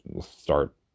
start